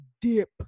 dip